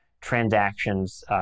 transactions